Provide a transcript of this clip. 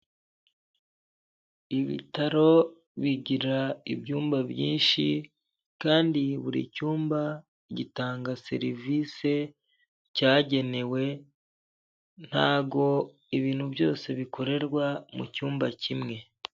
Ibitaro bigira ibyumba byinshi, kandi buri cyumba gitanga serivisi cyagenewe, ntabwo ibintu byose bikorerwa mu cyumba kimwe.